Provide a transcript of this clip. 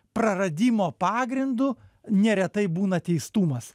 praradimo pagrindu neretai būna teistumas